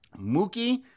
Mookie